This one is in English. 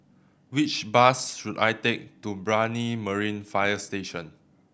which bus should I take to Brani Marine Fire Station